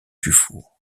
dufour